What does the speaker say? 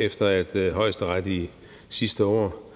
efter at Højesteret sidste år